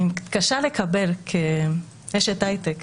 אני מתקשה לקבל כאשת הייטק,